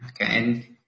Okay